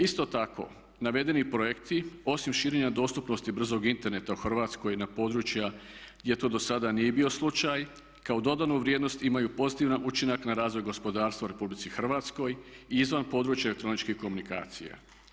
Isto tako, navedeni projekti osim širenja dostupnosti brzog interneta u Hrvatskoj na područja gdje to do sada nije bio slučaj kao dodanu vrijednost imaju pozitivan učinak na razvoj gospodarstva u Republici Hrvatskoj i izvan područja elektroničkih komunikacija.